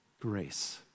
Grace